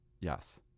Yes